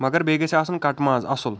مگر بیٚیہِ گَژھِ آسُن کٹ ماز اصُل